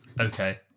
Okay